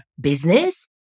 business